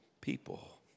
people